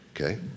Okay